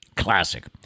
classic